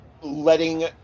Letting